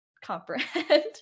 comprehend